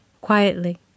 quietly